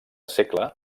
segle